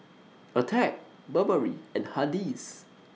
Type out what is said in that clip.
Attack Burberry and Hardy's